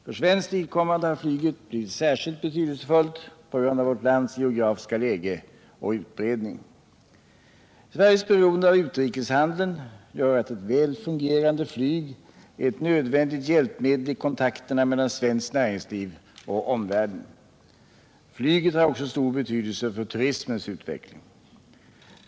För svenskt vidkommande har flyget bli 117 vit särskilt betydelsefullt på grund av vårt lands geografiska läge och utbredning. Sveriges beroende av utrikeshandeln gör ett väl fungerande flyg till ett nödvändigt hjälpmedel i kontakterna mellan svenskt näringsliv och omvärlden. Flyget har också stor betydelse för turismens utveckling.